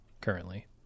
currently